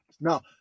Now